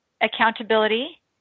accountability